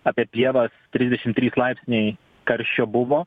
apie pievas trisdešim trys laipsniai karščio buvo